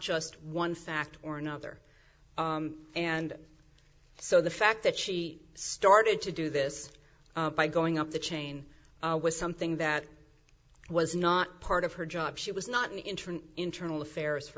just one factor or another and so the fact that she started to do this by going up the chain was something that was not part of her job she was not an intern internal affairs for